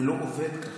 זה לא עובד ככה.